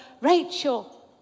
Rachel